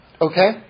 Okay